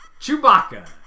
Chewbacca